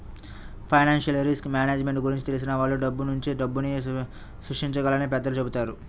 financial risk management గురించి తెలిసిన వాళ్ళు డబ్బునుంచే డబ్బుని సృష్టించగలరని పెద్దలు చెబుతారు